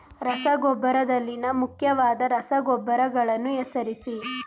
ರಸಗೊಬ್ಬರದಲ್ಲಿನ ಮುಖ್ಯವಾದ ರಸಗೊಬ್ಬರಗಳನ್ನು ಹೆಸರಿಸಿ?